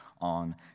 on